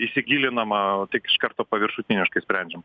įsigilinama o tik iš karto paviršutiniškai sprendžiama